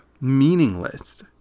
meaningless